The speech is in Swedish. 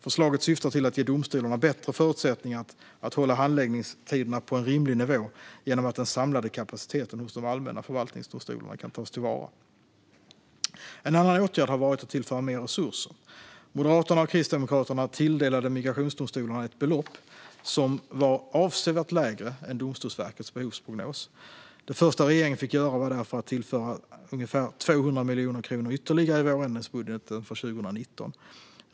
Förslaget syftar till att ge domstolarna bättre förutsättningar att hålla handläggningstiderna på en rimlig nivå genom att den samlade kapaciteten hos de allmänna förvaltningsdomstolarna tas till vara. En annan åtgärd har varit att tillföra mer resurser. Moderaterna och Kristdemokraterna tilldelade migrationsdomstolarna ett belopp som var avsevärt lägre än Domstolsverkets behovsprognos. Det första regeringen fick göra var därför att tillföra ungefär 200 miljoner kronor i vårändringsbudgeten för 2019.